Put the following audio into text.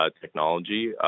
technology